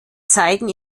zeigen